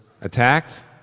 attacked